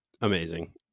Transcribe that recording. amazing